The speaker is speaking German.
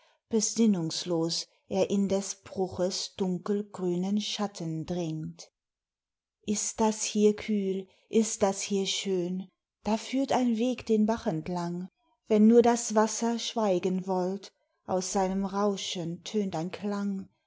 besinnungslos er in des bruches dunkelgrünen schatten dringt ist das hier kühl ist das hier schön da führt ein weg den bach entlang wenn nur das wasser schweigen wollt aus seinem rauschen tönt ein klang